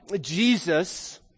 Jesus